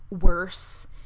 worse